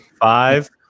Five